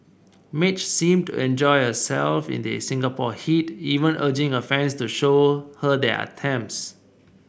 Madge seemed to enjoy herself in the Singapore heat even urging her fans to show her their armpits